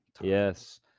Yes